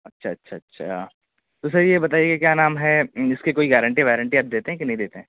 اچھا اچھا اچھا تو سر یہ بتائیے کیا نام ہے اس کی کوئی گیارنٹی وارنٹی آپ دیتے ہیں کہ نہیں دیتے ہیں